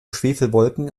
schwefelwolken